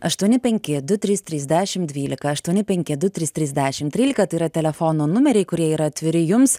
aštuoni penki du trys trys dešim dvylika aštuoni penki du trys trys dešim trylika tai yra telefono numeriai kurie yra atviri jums